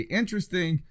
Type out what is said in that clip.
interesting